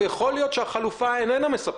יכול להיות שהחלופה איננה מספקת,